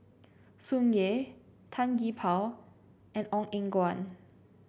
Tsung Yeh Tan Gee Paw and Ong Eng Guan